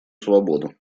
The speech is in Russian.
свободу